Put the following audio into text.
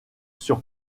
sur